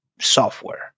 software